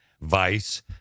vice